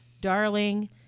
Darling